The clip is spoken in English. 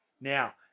Now